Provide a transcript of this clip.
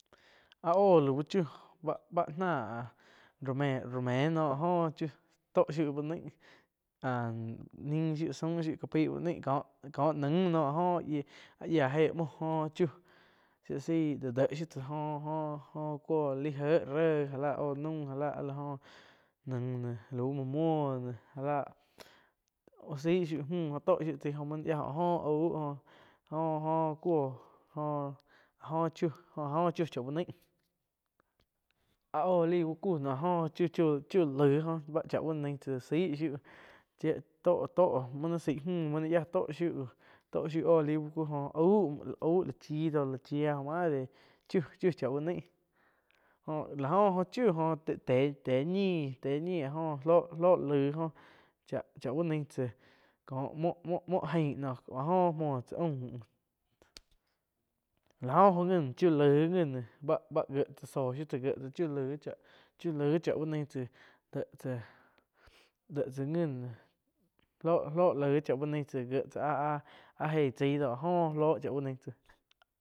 Áh oh lau chiu báh-báh, náh rome, rome noh pah joh chiuh tóh shiuh úh naih áh nin shiuh saum shiu ka paih uh naih kóh nain noh áh joh áh yiáh jéh muoh joh chiu, shia la sai do déh eh shiu tsa jó-jo cuoh laih éh réh já lá oh naum já la áh la joh nain de lau muo muoh ne ja láh zaih shiu mü joh tóh shii chai oh muoh yiah áh joh auh jo-jo cuo joj áh joh chiu chá uh naih áh oj lai uh ku nah áh joh chiu-chiu laig oh báh cha uh nain tsáh zaih shiu. To-to muoh nain zaih múh mouh nain yiáh tóh shiu, to shiu óh laih uh ku jo auh, auh lá chí do la chí yia madre chiu-chiu cháh uh naih jo la oh jóh chiu óh téh, téh ñih áh joh loh-loh laih oh cháh-cháh úh naih tsáh ko muoh-muoh ain noh áh joh muoh tsá aum láh oh ngi chiu laih ngi noh bá-báh gie tsáh soh shiu tsá gie tsá chiu lai chá, chiu lai chá uh nain tsá deh tsáh ngi noh lo-lo laig cháh uh nain tsá gie tsáh áh-áh eig tsai doh áh gó loh chá uh nain tsáh.